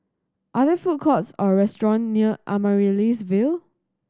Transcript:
are there food courts or restaurant near Amaryllis Ville